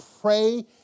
pray